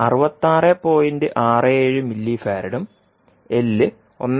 67 മില്ലിഫാരഡും L 1